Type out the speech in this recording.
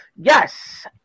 Yes